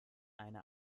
eine